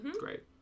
Great